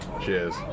Cheers